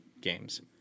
games